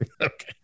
okay